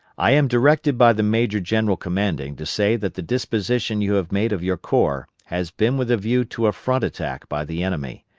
i am directed by the major-general commanding to say that the disposition you have made of your corps has been with a view to a front attack by the enemy.